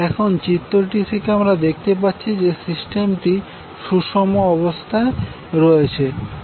এখন চিত্রটি থেকে আমরা দেখতে পাচ্ছি যে সিস্টেমটি সুষম অবস্থায় রয়েছে